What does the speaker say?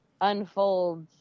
unfolds